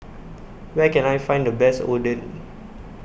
Where Can I Find The Best Oden